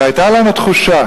והיתה לנו תחושה,